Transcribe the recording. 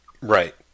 Right